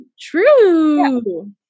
True